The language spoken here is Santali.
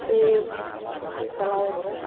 ᱴᱷᱤᱠ ᱜᱮᱭᱟ ᱪᱟᱞᱟᱜ ᱟᱹᱧ